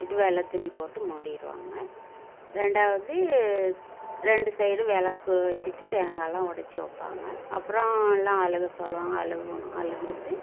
வெள்ளை துணி போட்டு மூடிருவாங்க ரெண்டாவது ரெண்டு சைடும் விளக்கு வச்சிட்டு தேங்காலாம் உடச்சி வைப்பாங்க அப்றம் எல்லாம் அழுக சொல்லுவாங்க அழுகணும் அழுதுட்டு